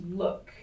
look